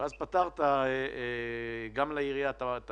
ואז פתרת גם לעירייה את היכולת